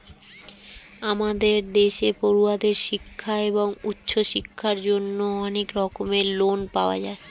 আমাদের দেশে পড়ুয়াদের শিক্ষা এবং উচ্চশিক্ষার জন্য অনেক রকমের লোন পাওয়া যায়